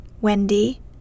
Wendy